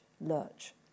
lurch